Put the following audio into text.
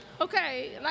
Okay